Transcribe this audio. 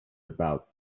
about